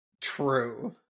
true